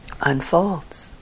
unfolds